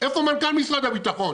איפה מנכ"ל משרד הביטחון?